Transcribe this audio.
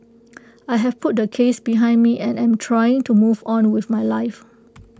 I have put the case behind me and am trying to move on with my life